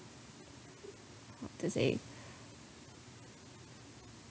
to say